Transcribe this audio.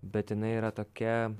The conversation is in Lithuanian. bet jinai yra tokia